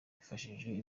twifashishije